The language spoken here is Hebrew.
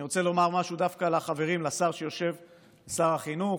אני רוצה לומר משהו דווקא לחברים, שר החינוך,